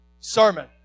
sermon